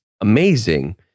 amazing